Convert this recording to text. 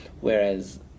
Whereas